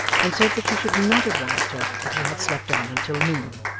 and said that she should not have roused her if she had slept on until noon.